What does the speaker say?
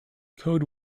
code